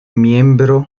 miembro